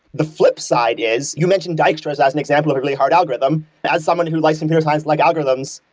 the flip side is, you mentioned dijkstra's as an example of a really hard algorithm. as someone who likes imperial science-like algorithms,